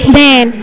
man